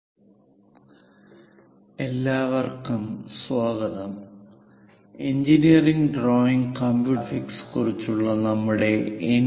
conic sections പരിശീലനം - I എല്ലാവർക്കും സ്വാഗതം engineering drawing and computer graphics കുറിച്ചുള്ള നമ്മുടെ എൻ